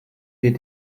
wir